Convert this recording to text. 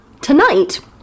tonight